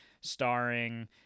starring